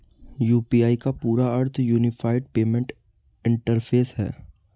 UPI का पूरा अर्थ यूनिफाइड पेमेंट इंटरफ़ेस है